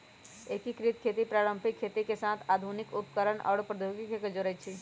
एकीकृत खेती पारंपरिक खेती के साथ आधुनिक उपकरणअउर प्रौधोगोकी के जोरई छई